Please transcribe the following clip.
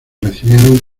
recibieron